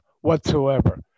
whatsoever